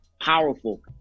powerful